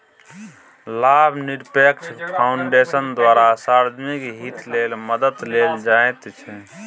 लाभनिरपेक्ष फाउन्डेशनक द्वारा सार्वजनिक हित लेल मदद देल जाइत छै